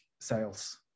sales